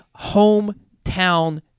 hometown